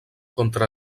contra